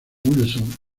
wilson